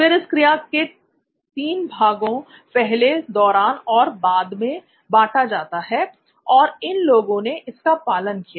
फिर इस क्रिया को तीन भागों "पहले" "दौरान" और "बाद" में बांटा जाता है और इन लोगों ने इसका पालन किया